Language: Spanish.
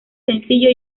sencillo